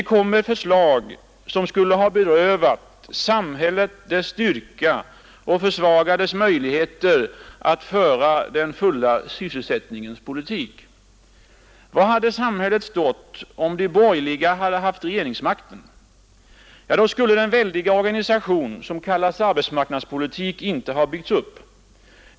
De kom med förslag som skulle ha berövat samhället dess styrka och försvagat dess möjligheter att föra den fulla sysselsättningens politik. Var hade samhället stått om de borgerliga haft regeringsmakten? Ja, då skulle den väldiga organisation som kallas arbetsmarknadspolitik inte ha byggts upp.